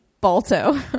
Balto